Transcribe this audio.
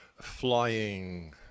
flying